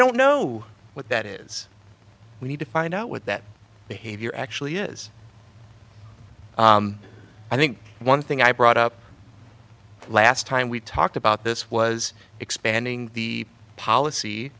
don't know what that is we need to find out what that behavior actually is i think one thing i brought up last time we talked about this was expanding the policy